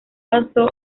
pasó